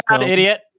idiot